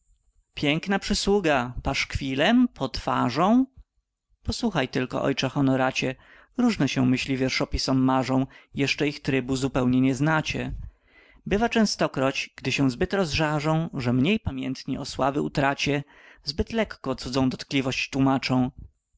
piękna przysługa paszkwilem potwarzą posłuchaj tylko ojcze honoracie różne się myśli wierszopisom marzą jeszcze ich trybu zupełnie nie znacie bywa częstokroć gdy się zbyt rozżarzą że mniej pamiętni o sławy utracie zbyt letko cudzą dotkliwość tłumaczą